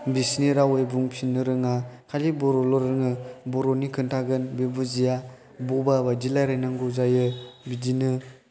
बिसोरनि रावै बुंफिननो रोङा खालि बर'ल' रोङो बर'नि खिनथागोन बे बुजिया बबा बायदि रायज्लाय नांगौ जायो बिदिनो